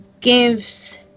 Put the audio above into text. gives